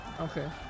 okay